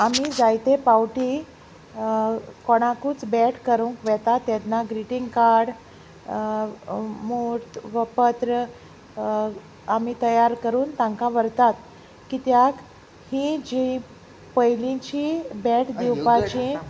आमी जायते फावटीं कोणाकूच भेट करूंक वेतात तेन्ना ग्रिटींग कार्ड मूर्त वा पत्र आमी तयार करून तांकां व्हरतात कित्याक ही जी पयलींची भेट दिवपाची